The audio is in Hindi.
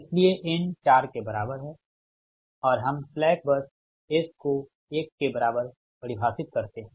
इसलिए n 4 के बराबर है और हम स्लैक बस s को 1 के बराबर परिभाषित करते है